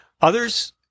Others